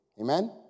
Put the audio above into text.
Amen